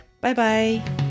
Bye-bye